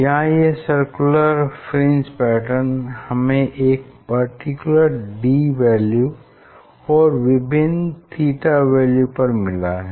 यहाँ ये circular fringe pattern हमें एक पर्टिकुलर d वैल्यू और विभिन्न थीटा वैल्यू पर मिला है